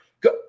Go